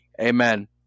Amen